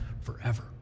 forever